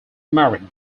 married